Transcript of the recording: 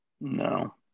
No